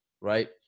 right